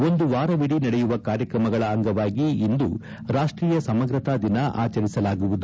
ಒಂದು ವಾರವಿಡೀ ನಡೆಯುವ ಕಾರ್ಯಕ್ರಮಗಳ ಅಂಗವಾಗಿ ಇಂದು ರಾಷ್ಟೀಯ ಸಮಗ್ರತಾ ದಿನ ಆಚರಿಸಲಾಗುವುದು